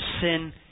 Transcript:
sin